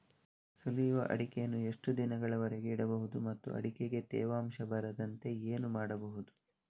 ಸುಲಿಯದ ಅಡಿಕೆಯನ್ನು ಎಷ್ಟು ದಿನಗಳವರೆಗೆ ಇಡಬಹುದು ಮತ್ತು ಅಡಿಕೆಗೆ ತೇವಾಂಶ ಬರದಂತೆ ಏನು ಮಾಡಬಹುದು?